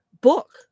book